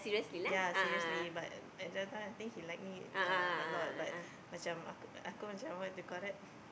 ya seriously but at that time I think he like me uh a lot but macam aku aku macam what do you call that